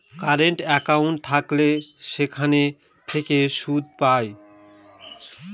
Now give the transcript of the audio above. current account থাকলে সেখান থেকে সুদ পায়